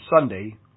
Sunday